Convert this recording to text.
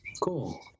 Cool